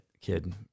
kid